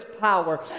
power